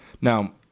Now